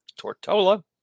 Tortola